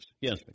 Yes